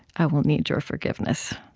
i will need your forgiveness.